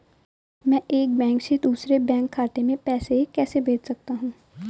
मैं एक बैंक से दूसरे बैंक खाते में पैसे कैसे भेज सकता हूँ?